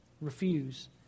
refuse